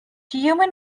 human